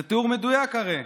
זה תיאור מדויק, הרי.